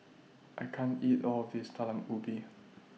I can't eat All of This Talam Ubi